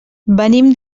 venim